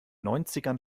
neunzigern